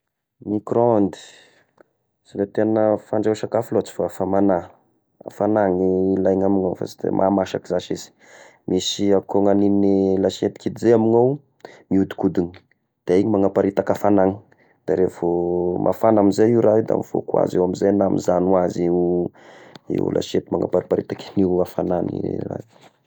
Micro-ondes, sy da tegna fandrahoa sakafo loatry fa famagnà, hafagnà ilaigna amin'io fa sy de mahasaky zashy izy, misy ako agn'igny lasety kidy izay ny amigny ao, mihodikodigny de igny manaparitaky hafagnana de revo mafagna amy izay io raha io da mivoaka ho azy ao amy izay na mizagno ho azy io-io lasety manampariparitaky io hafagnana io raha.